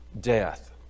death